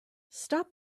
stop